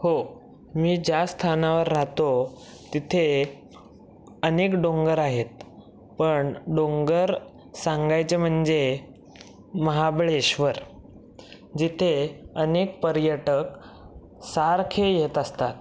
हो मी ज्या स्थानावर राहतो तिथे अनेक डोंगर आहेत पण डोंगर सांगायचे म्हणजे महाबळेश्वर जिथे अनेक पर्यटक सारखे येत असतात